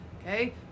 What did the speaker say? okay